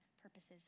purposes